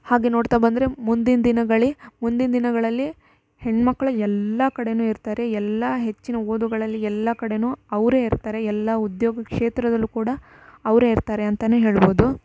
ಹಾಗೆ ನೋಡ್ತಾ ಬಂದರೆ ಮುಂದಿನ ದಿನಗಳು ಮುಂದಿನ ದಿನಗಳಲ್ಲಿ ಹೆಣ್ಮಕ್ಳು ಎಲ್ಲಾ ಕಡೆ ಇರ್ತಾರೆ ಎಲ್ಲಾ ಹೆಚ್ಚಿನ ಓದುಗಳಲ್ಲಿ ಎಲ್ಲಾ ಕಡೆ ಅವರೇ ಇರ್ತಾರೆ ಎಲ್ಲಾ ಉದ್ಯೋಗ ಕ್ಷೇತ್ರದಲ್ಲೂ ಕೂಡ ಅವರೇ ಇರ್ತಾರೆ ಅಂತ ಹೇಳ್ಬೋದು